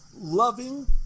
loving